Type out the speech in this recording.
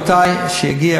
רבותי,